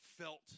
felt